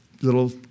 little